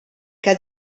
que